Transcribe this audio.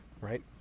Right